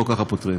לא ככה פותרים.